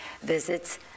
visits